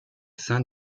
sein